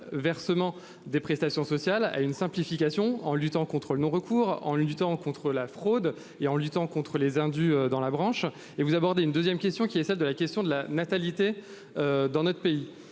des prestations sociales à une simplification en luttant contre le non-recours en une du temps contre la fraude et en luttant contre les indus dans la branche et vous abordez une 2ème question qui est celle de la question de la natalité. Dans notre pays.